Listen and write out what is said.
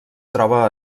troba